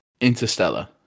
Interstellar